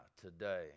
today